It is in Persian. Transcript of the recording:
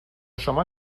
شما